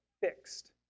fixed